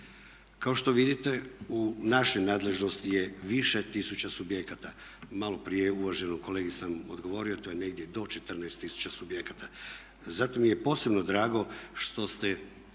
Kao što vidite u našoj nadležnosti je više tisuća subjekata. Maloprije uvaženom kolegi sam odgovorio to je negdje do 14 tisuća subjekata. Zato mi je posebno drago što ste